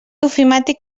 ofimàtic